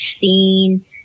seen